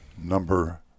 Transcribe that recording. number